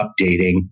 updating